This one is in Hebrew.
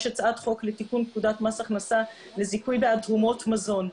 הצעת חוק לתיקון פקודת מס הכנסה לזיכוי בעד תרומות מזון.